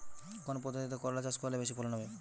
কোন পদ্ধতিতে করলা চাষ করলে বেশি ফলন হবে?